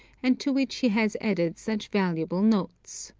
and to which he has added such valuable notes.